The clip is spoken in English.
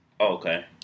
Okay